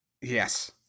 Yes